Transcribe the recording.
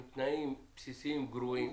עם תנאים בסיסיים גרועים,